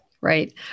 right